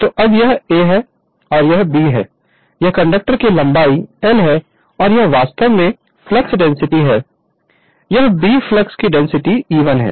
तो अब अगर यह A है तो यह B है यह कंडक्टर की लंबाई L है और यह वास्तव में फ्लक्स डेंसिटी है यह B फ्लक्स की डेंसिटी E1 है